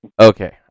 okay